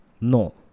No